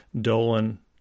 Dolan